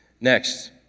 Next